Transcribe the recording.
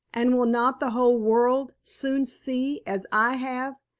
and will not the whole world soon see, as i have,